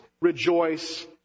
rejoice